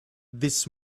this